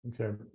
Okay